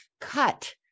cut